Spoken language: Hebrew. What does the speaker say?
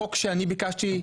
החוק שאני ביקשתי,